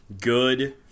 good